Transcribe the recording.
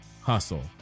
hustle